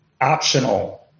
optional